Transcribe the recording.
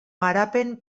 garapen